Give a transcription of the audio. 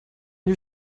you